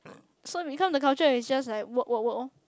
so become the culture it's just like work work work orh